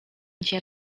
cię